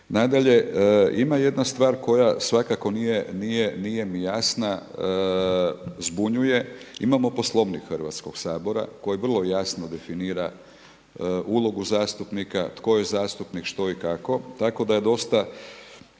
Nadalje, ima jedna stvar koja svakako nije mi jasna, zbunjuje. Imamo Poslovnik Hrvatskog sabora koji vrlo jasno definira ulogu zastupnika, tko je zastupnik, što i kako tako da je dosta